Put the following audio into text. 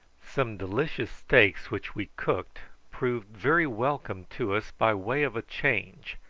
some delicious steaks which we cooked proved very welcome to us by way of a change,